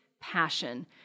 passion